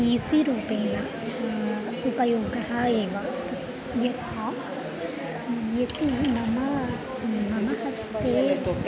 EC रूपेण उपयोगः एव तत् यथा यदि मम मम हस्ते